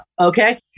Okay